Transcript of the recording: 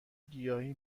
گیاهی